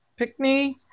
Pickney